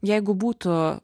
jeigu būtų